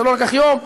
זה לא לקח יום,